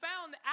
found